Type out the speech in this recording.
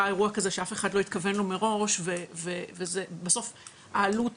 אירוע כזה שאף אחד לא התכוון לו מראש ובסוף העלות